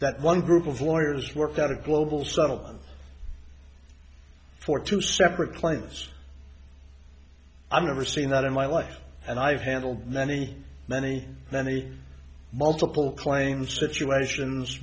that one group of lawyers worked out a global settlement for two separate claimants i never seen that in my life and i've handled many many many multiple claims situations